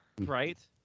right